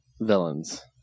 villains